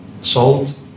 salt